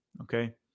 okay